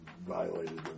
Violated